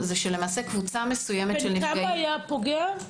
בן כמה היה הפוגע?